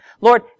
Lord